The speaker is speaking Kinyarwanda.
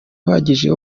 uhagije